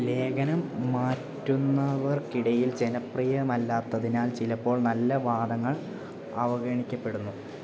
ലേഖനം മാറ്റുന്നവർക്കിടയിൽ ജനപ്രിയമല്ലാത്തതിനാൽ ചിലപ്പോൾ നല്ല വാദങ്ങൾ അവഗണിക്കപ്പെടുന്നു